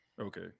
okay